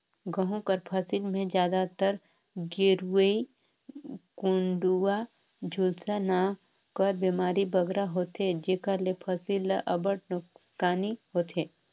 गहूँ कर फसिल में जादातर गेरूई, कंडुवा, झुलसा नांव कर बेमारी बगरा होथे जेकर ले फसिल ल अब्बड़ नोसकानी होथे